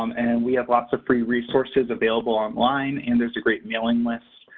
um and we have lots of free resources available online, and there's a great mailing list.